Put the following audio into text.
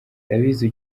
ndabizi